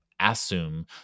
assume